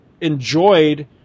enjoyed